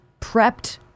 prepped